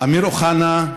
אמיר אוחנה,